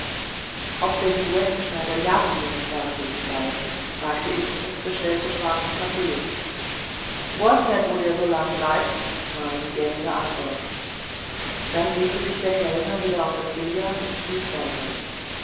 ob der silhouettenschneider jaromir nicht dagewesen sei fragte ich und bestellte schwarzen kaffee woaß net wo er so lang bleibt war die gegähnte antwort dann legte sich der kellner wieder auf das billard und schlief weiter